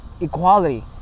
equality